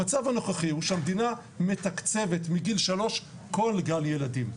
המצב הנוכחי הוא שהמדינה מתקצבת מגיל שלוש כל גן ילדים.